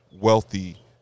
wealthy